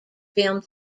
film